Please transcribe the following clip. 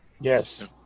yes